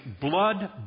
blood